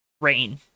rain